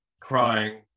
crying